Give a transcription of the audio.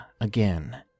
again